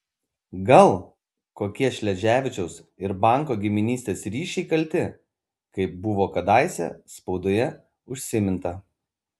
gal kokie šleževičiaus ir banko giminystės ryšiai kalti kaip buvo kadaise spaudoje užsiminta